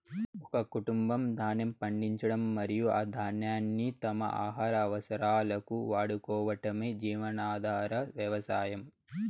ఒక కుటుంబం ధాన్యం పండించడం మరియు ఆ ధాన్యాన్ని తమ ఆహార అవసరాలకు వాడుకోవటమే జీవనాధార వ్యవసాయం